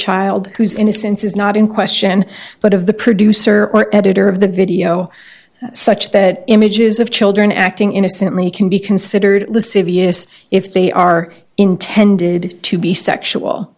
child whose innocence is not in question but of the producer or editor of the video such that images of children acting innocently can be considered lascivious if they are intended to be sexual